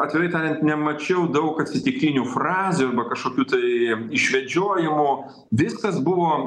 atvirai tariant nemačiau daug atsitiktinių frazių arba kažkokių tai išvedžiojimų viskas buvo